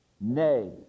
Nay